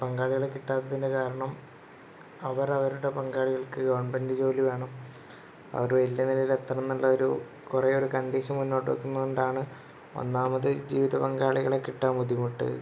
പങ്കാളികളെ കിട്ടാത്തതിൻ്റെ കാരണം അവർ അവരുടെ പങ്കാളികൾക്ക് ഗവൺമെമെൻ്റ് ജോലി വേണം അവർ വലിയ നിലയിൽ എത്തണം എന്നുള്ള ഒരു കുറേ ഒരു കണ്ടീഷൻ മുന്നോട്ട് വയ്ക്കുന്നത് കൊണ്ടാണ് ഒന്നാമത് ജീവിതപങ്കാളികളെ കിട്ടാൻ ബുദ്ധിമുട്ട്